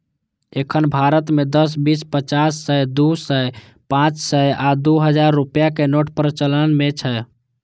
एखन भारत मे दस, बीस, पचास, सय, दू सय, पांच सय आ दू हजार रुपैया के नोट प्रचलन मे छै